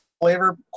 flavor